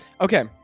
Okay